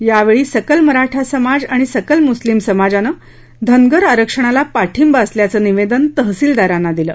या वेळी सकल मराठा समाज आणि सकल मुस्लीम समाजानं धनगर आरक्षणाला पाठिंबा असल्याचं निवेदन तहसीलदारांना दिलं